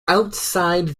outside